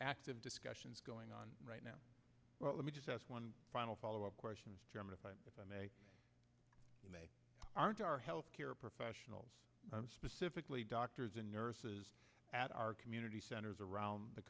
active discussions going on right now well let me just ask one final follow up questions chairman if i may may aren't our health care professionals specifically doctors and nurses at our community centers around the